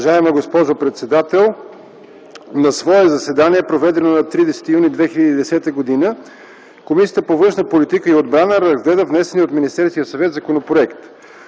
Уважаема госпожо председател! „На свое заседание, проведено на 30 юни 2010 г., Комисията по външна политика и отбрана разгледа внесения от Министерския съвет законопроект.